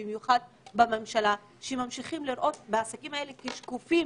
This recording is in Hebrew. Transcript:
במיוחד בממשלה הממשיכה לראות את העסקים האלה כשקופים.